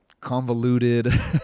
convoluted